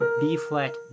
B-flat